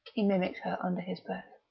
he mimicked her under his breath.